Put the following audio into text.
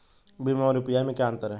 भीम और यू.पी.आई में क्या अंतर है?